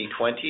2020